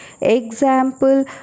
Example